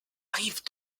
rive